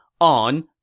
on